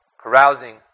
carousing